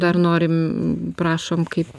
dar norim prašom kaip